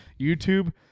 YouTube